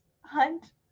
Hunt